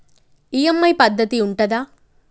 EMI పద్ధతి ఉంటదా?